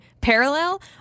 parallel